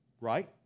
right